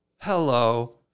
Hello